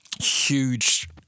huge